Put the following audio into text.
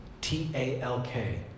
T-A-L-K